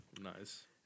Nice